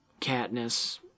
Katniss